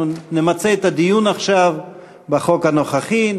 אנחנו נמצה עכשיו את הדיון בחוק הנוכחי,